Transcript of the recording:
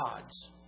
gods